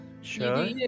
Sure